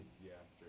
yeah.